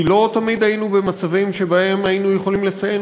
כי לא תמיד היינו במצבים שיכולנו לציין